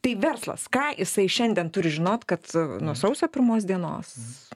tai verslas ką jisai šiandien turi žinot kad nuo sausio pirmos dienos